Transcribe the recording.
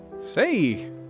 Say